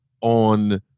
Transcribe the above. on